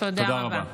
תודה רבה.